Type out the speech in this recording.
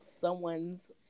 someone's